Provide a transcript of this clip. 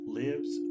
lives